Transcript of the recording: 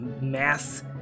mass